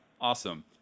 Awesome